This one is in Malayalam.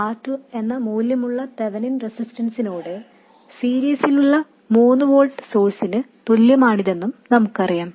R 1 || R 2 എന്ന മൂല്യമുള്ള തെവെനിൻ റെസിസ്റ്റൻസിനോട് സീരീസിലുള്ള 3 വോൾട്ട് സോഴ്സിന് തുല്യമാണിതെന്നും നമുക്കറിയാം